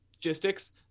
logistics